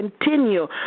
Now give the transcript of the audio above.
continue